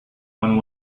one